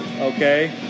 Okay